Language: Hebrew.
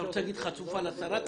אתה רוצה להגיד חצופה לשרה?